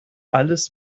alles